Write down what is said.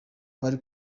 bari